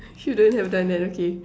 shouldn't have done that okay